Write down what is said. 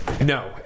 No